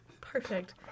Perfect